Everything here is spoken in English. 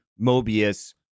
mobius